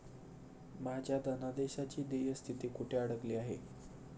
माझ्या धनादेशाची देय स्थिती कुठे अडकली आहे?